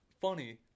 Funny